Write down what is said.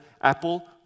Apple